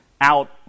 out